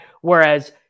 Whereas